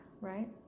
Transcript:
right